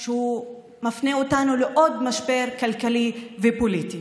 שמפנה אותנו לעוד משבר כלכלי ופוליטי.